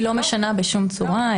היא לא משנה בשום צורה.